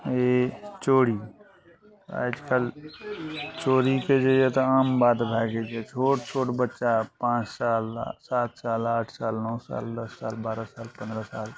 ई चोरी आजकल चोरीके जे एतऽ आम बात भए गेल यऽ छोट छोट बच्चा पाँच साल सात साल आठ नओ साल दस साल बारह साल पन्द्रह साल